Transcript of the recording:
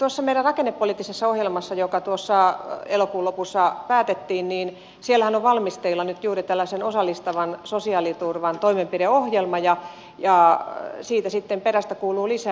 tuossa meidän rakennepoliittisessa ohjelmassahan joka elokuun lopussa päätettiin on valmisteilla juuri tällaisen osallistavan sosiaaliturvan toimenpideohjelma ja siitä sitten perästä kuuluu lisää